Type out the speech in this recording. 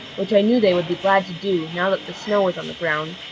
which i knew they would be glad to do, now that the snow is on the ground.